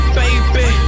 baby